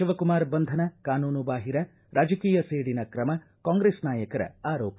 ಶಿವಕುಮಾರ್ ಬಂಧನ ಕಾನೂನು ಬಾಹಿರ ರಾಜಕೀಯ ಸೇಡಿನ ಕ್ರಮ ಕಾಂಗ್ರೆಸ್ ನಾಯಕರ ಆರೋಪ